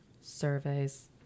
Surveys